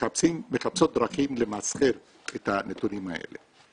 מחפשות דרכים למסחר את הנתונים האלה.